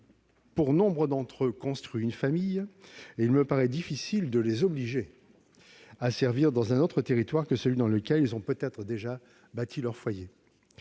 et nombre d'entre eux ont construit une famille. Il me paraît difficile de les obliger à servir dans un autre territoire que celui dans lequel ils ont peut-être déjà bâti leur foyer.